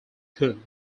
kun